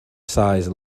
size